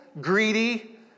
greedy